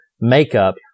makeup